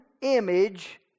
image